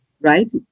right